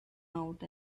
out